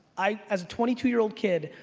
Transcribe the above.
i as a twenty two year old kid,